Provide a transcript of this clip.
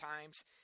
times